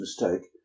mistake